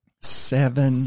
Seven